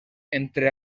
entre